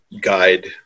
guide